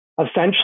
Essentially